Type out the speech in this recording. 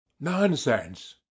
nonsense